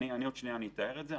אני אתר את זה.